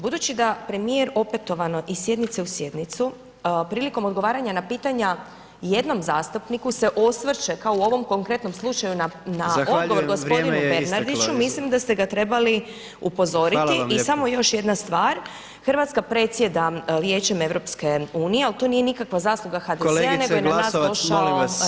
Budući da premijer opetovano iz sjednice u sjednicu prilikom odgovaranja na pitanja jednom zastupniku se osvrće kao u ovom konkretnom slučaju na [[Upadica predsjednik: Zahvaljujem, vrijeme je isteklo.]] odgovor g. Bernardiću, mislim da ste ga trebali upozoriti [[Upadica predsjednik: Hvala vam lijepo.]] I samo još jedna stvar, Hrvatska predsjeda Vijeće EU-a ali to nije nikakva zasluga HDZ-a nego je na nas došao